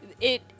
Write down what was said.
It-